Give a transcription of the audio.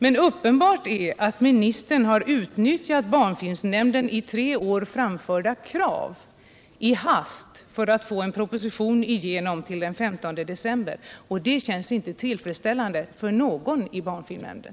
Men uppenbart är att ministern har utnyttjat barnfilmnämndens i tre år framförda krav för att nu i hast få igenom en proposition till den 15 december, och det känns inte tillfredsställande för någon i barnfilmnämnden.